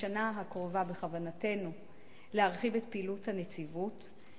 בשנה הקרובה בכוונתנו להרחיב את פעילות הנציבות,